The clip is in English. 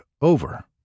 over